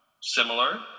similar